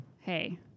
Hey